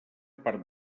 part